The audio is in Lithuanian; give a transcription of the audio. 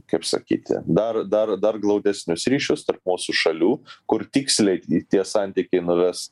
kaip sakyti dar dar dar glaudesnius ryšius tarp mūsų šalių kur tiksliai į tie santykiai nuves